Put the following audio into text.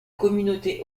communauté